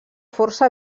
força